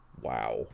Wow